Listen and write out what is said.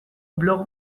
blog